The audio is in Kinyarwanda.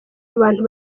abantu